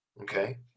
okay